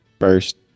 First